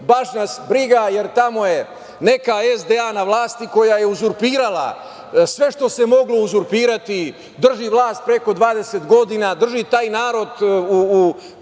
baš nas briga, jer tamo je neka SDA na vlasti koja je uzurpirala sve što se moglo uzurpirati, drži vlast preko 20 godina, drži taj narod u